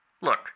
Look